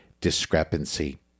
discrepancy